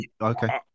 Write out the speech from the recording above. Okay